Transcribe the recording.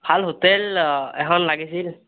ভাল হোটেল এখন লাগিছিল